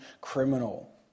criminal